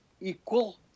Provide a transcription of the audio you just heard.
equal